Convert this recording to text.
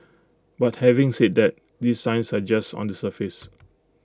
but having said that these signs are just on the surface